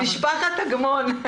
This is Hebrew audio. אגמון,